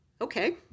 Okay